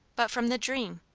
but from the dream.